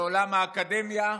לעולם האקדמיה,